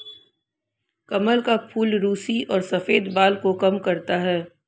कमल का फूल रुसी और सफ़ेद बाल को कम करता है